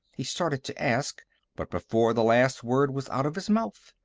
he started to ask but before the last word was out of his mouth,